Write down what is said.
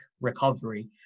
recovery